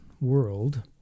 world